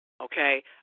Okay